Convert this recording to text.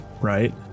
right